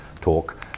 talk